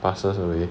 passes away